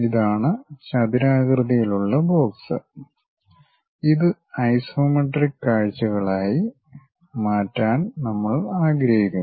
ഇതാണ് ചതുരാകൃതിയിലുള്ള ബോക്സ് ഇത് ഐസോമെട്രിക് കാഴ്ചകളായി മാറ്റാൻ നമ്മൾ ആഗ്രഹിക്കുന്നു